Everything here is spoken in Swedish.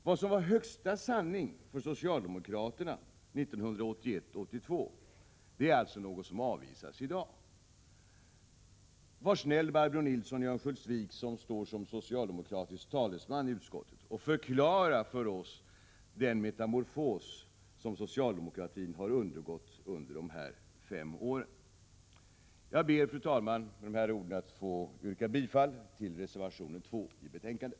Vad som var högsta sanning Var snäll, Barbro Nilsson i Örnsköldsvik, som står som socialdemokratisk talesman i utskottet, och förklara för oss den metamorfos som socialdemokratin har undergått under dessa fem år. Jag ber, fru talman, att med dessa ord få yrka bifall till reservation 2 i betänkandet.